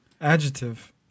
Adjective